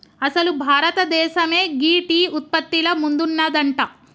అసలు భారతదేసమే గీ టీ ఉత్పత్తిల ముందున్నదంట